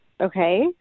okay